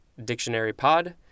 dictionarypod